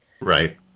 Right